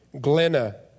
Glenna